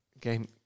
game